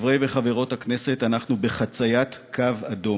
חברי וחברות הכנסת, אנחנו בחציית קו אדום.